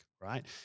right